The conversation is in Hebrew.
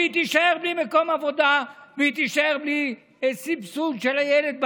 שהיא תישאר בלי מקום עבודה והיא תישאר בלי סבסוד של הילד במעון,